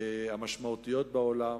המשמעותיות בעולם,